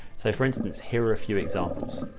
so for instance, here are a few examples.